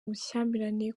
ubushyamirane